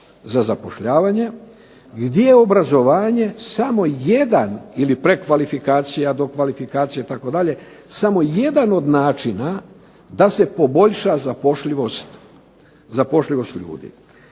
za zapošljavanje gdje je obrazovanje samo jedan ili prekvalifikacija, dokvalifikacija itd., samo jedan od načina da se poboljša zapošljivost ljudi.